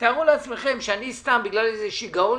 תארו לעצמכם שאני סתם בגלל איזה שיגעון